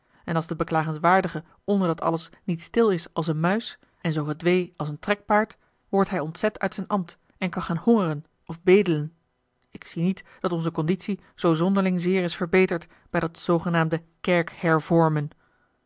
en als de beklagenswaardige onder dat alles niet stil is als een muis en zoo gedwee als een trekpaard wordt hij ontzet uit zijn ambt en kan gaan hongeren of bedelen ik zie niet dat onze conditie zoo zonderling zeer is verbeterd bij dat zoogenaamde